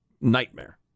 Nightmare